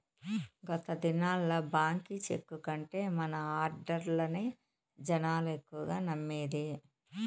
గత దినాల్ల బాంకీ చెక్కు కంటే మన ఆడ్డర్లనే జనాలు ఎక్కువగా నమ్మేది